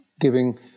giving